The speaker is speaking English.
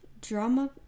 drama